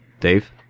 Dave